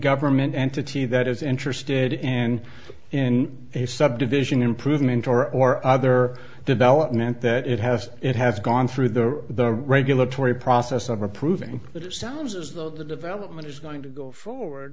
government entity that is interested in in a subdivision improvement or or other development that it has it has gone through the regulatory process of approving it sounds as though the development is going to go forward